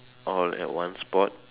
all at one spot